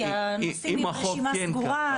כי הנושאים יהיו ברשימה סגורה,